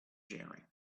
sharing